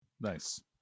Nice